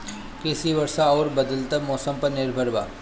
कृषि वर्षा आउर बदलत मौसम पर निर्भर बा